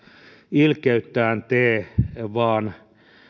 ilkeyttään tee vaan